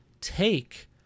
take